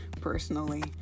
personally